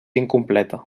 incompleta